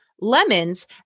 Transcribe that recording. lemons